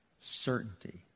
certainty